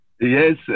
Yes